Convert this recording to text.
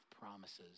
promises